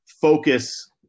focus